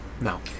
No